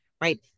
right